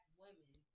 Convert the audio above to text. women